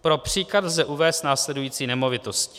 Pro příklad lze uvést následující nemovitosti.